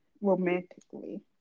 romantically